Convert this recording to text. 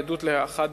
היא עדות לאחת